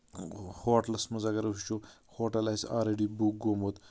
ہوٹلَس منٛز اَگر وُچھو ہوٹل آسہِ آلریڈی بُک گوٚومُت